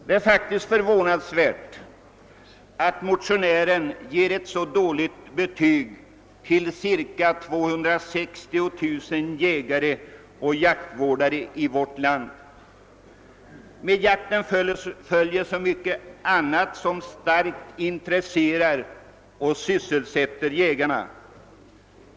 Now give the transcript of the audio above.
Det är faktiskt förvånansvärt att motionären ger ett så dåligt betyg till cirka 260 000 jägare och jaktvårdare i vårt land. Med jakten följer så mycket annat som starkt intresserar och sysselsätter jägarna.